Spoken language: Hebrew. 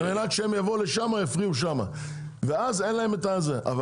מנת שהם יבואו לשם ויפריעו שם ואז אין להם --- אבל